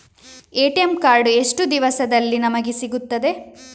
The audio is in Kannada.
ಎ.ಟಿ.ಎಂ ಕಾರ್ಡ್ ಎಷ್ಟು ದಿವಸದಲ್ಲಿ ನಮಗೆ ಸಿಗುತ್ತದೆ?